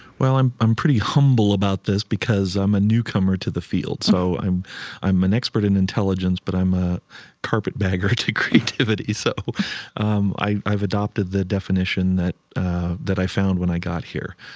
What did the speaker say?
well, i'm i'm pretty humble about this because i'm a newcomer to the field. so i'm i'm an expert in intelligence, but i'm a carpetbagger to creativity. so um i've adopted the definition that that i found when i got here,